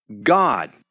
God